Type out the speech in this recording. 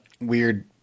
weird